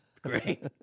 Great